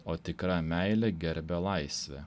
o tikra meilė gerbia laisvę